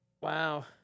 Wow